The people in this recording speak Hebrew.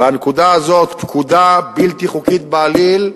והנקודה הזאת, פקודה בלתי חוקית בעליל,